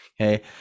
okay